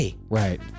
Right